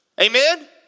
Amen